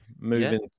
moving